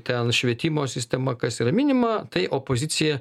ten švietimo sistema kas yra minima tai opozicija